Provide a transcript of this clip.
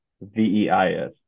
V-E-I-S